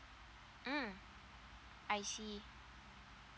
mm I see